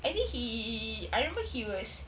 I think he I remember he was